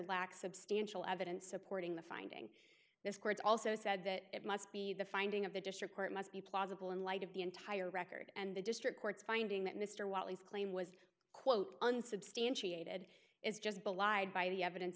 lacks substantial evidence supporting the finding this court's also said that it must be the finding of the district court must be plausible in light of the entire record and the district court's finding that mr wyly's claim was quote unsubstantiated is just belied by the evidence